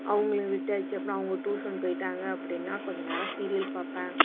அவங்கள விட்டாச்சு அப்படின்னா அவங்க டூஷன் போயிட்டாங்க அப்படின்னா கொஞ்சம் நேரம் சீரியல் பார்ப்பேன்